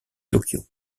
tokyo